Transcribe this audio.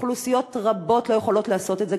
אוכלוסיות רבות לא יכולות לעשות את זה,